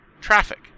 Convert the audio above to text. traffic